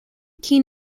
keen